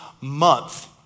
month